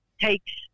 takes